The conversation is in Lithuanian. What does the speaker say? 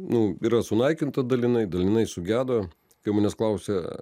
nu yra sunaikinta dalinai dalinai sugedo kai manęs klausia